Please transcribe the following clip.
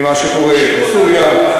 ממה שקורה בסוריה,